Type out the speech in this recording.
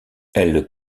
elle